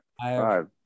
five